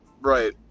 right